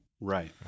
Right